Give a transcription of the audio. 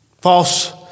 False